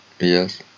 Yes